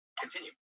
Continue